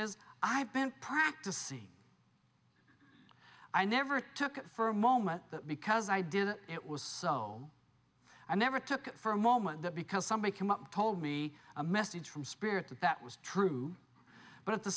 is i've been practicing i never took for a moment that because i did it was so i never took for a moment that because somebody came up told me a message from spirit that was true but at the